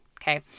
okay